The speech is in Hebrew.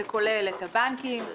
זה כולל: בנקים,